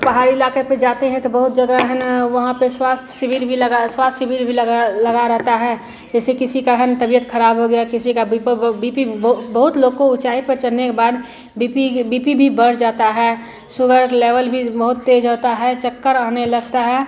पहाड़ी इलाक़े पर जाते हैं तो बहुत जगह है ना वहाँ पर स्वास्थ्य शिविर भी लगा स्वास्थ शिविर भी लगा लगा रहता है जैसे किसी की है ना तबियत ख़राब हो गई किसी का बीपक व बी पी भी बहुत लोग को ऊँचाई पर चढ़ने के बाद बि पी यह बि पी भी बढ़ जाता है शुगर लेवल भी बहुत तेज़ होता है चक्कर आने लगती है